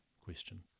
question